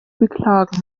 beklagen